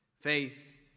faith